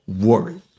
worry